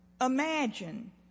imagine